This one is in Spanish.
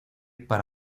para